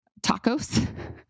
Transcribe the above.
tacos